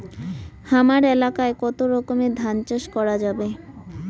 হামার এলাকায় কতো রকমের ধান চাষ করা যাবে?